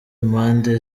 impande